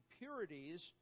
impurities